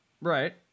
Right